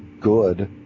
good